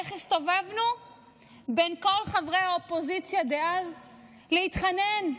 איך הסתובבנו בין כל חברי האופוזיציה דאז להתחנן,